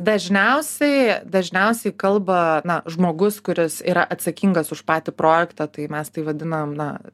dažniausiai dažniausiai kalba na žmogus kuris yra atsakingas už patį projektą tai mes tai vadinam na